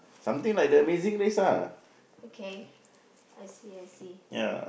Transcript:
something like the amazing race lah ya